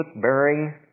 bearing